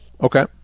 Okay